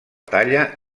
talla